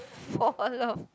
fall~ off